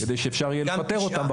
כדי שאפשר יהיה לפטר אותם,